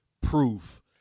proof